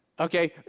Okay